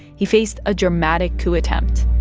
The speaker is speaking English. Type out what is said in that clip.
he faced a dramatic coup attempt.